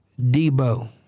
Debo